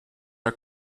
are